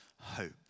hope